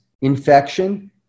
infection